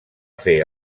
fer